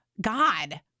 God